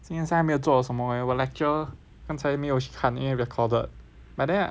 今天还没有做了什么 leh 我 lecture 刚才没有看因为 recorded